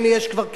הנה יש כבר,